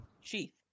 sheath